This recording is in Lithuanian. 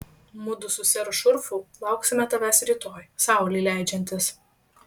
mudu su seru šurfu lauksime tavęs rytoj saulei leidžiantis